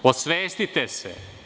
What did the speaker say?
Osvesti te se.